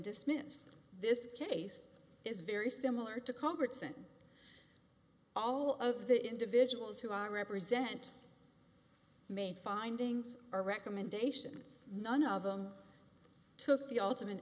dismissed this case is very similar to congress sent all of the individuals who are represent made findings or recommendations none of them took the ultimate